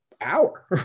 hour